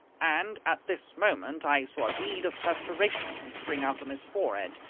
and at this moment i saw a bead of perspiration spring out on his forehead,